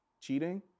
Cheating